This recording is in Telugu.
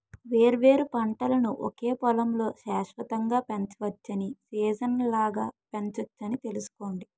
వేర్వేరు పంటలను ఒకే పొలంలో శాశ్వతంగా పెంచవచ్చని, సీజనల్గా పెంచొచ్చని తెలుసుకోండి